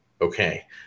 Okay